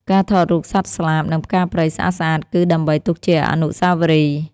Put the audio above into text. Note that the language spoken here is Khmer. ការថតរូបសត្វស្លាប និងផ្កាព្រៃស្អាតៗ គឺដើម្បីទុកជាអនុស្សាវរីយ៍។